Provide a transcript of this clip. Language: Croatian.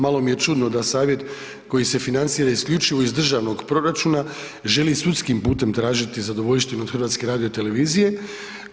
Malo mi je čudno da Savjet koji se financira isključivo iz državnog proračuna želi sudskim putem tražiti zadovoljštinu od HRT-a.